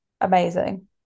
Amazing